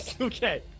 okay